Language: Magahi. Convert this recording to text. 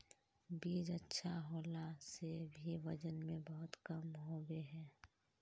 बीज अच्छा होला से भी वजन में बहुत कम होबे है?